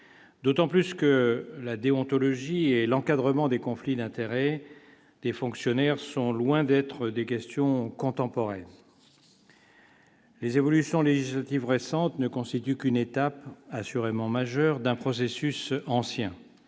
d'autant plus que la déontologie et l'encadrement des conflits d'intérêts des fonctionnaires sont loin d'être des questions contemporaines. Les évolutions législatives récentes ne constitue qu'une étape assurément majeur d'un processus ancien